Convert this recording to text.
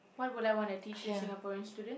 what would I wanna teach this Singaporean student